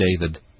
David